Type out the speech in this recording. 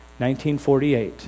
1948